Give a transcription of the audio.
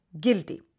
guilty